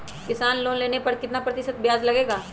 किसान लोन लेने पर कितना प्रतिशत ब्याज लगेगा?